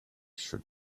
should